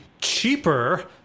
cheaper